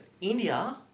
India